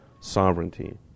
sovereignty